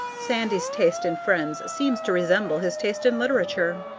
sandy's taste in friends seems to resemble his taste in literature.